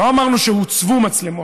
לא אמרנו שהוצבו מצלמות.